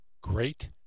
great